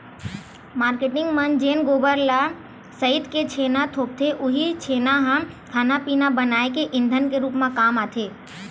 marketing मन जेन गोबर ल सइत के छेना थोपथे उहीं छेना ह खाना पिना बनाए के ईधन के रुप म काम आथे